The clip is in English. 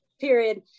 period